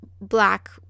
black